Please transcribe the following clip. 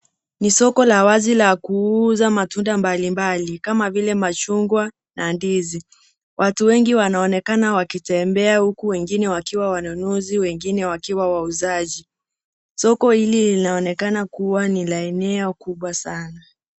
Ni soko la wazi la kuuza matunda mbalimbali kama vile machungwa na ndizi. Watu wengi wanaonekana wakitembea huku wengine wakiwa wanunuzi wengine wakiwa wauzaji. Soko hili linaonekana kuwa ni la eneo kubwa sana.